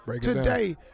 today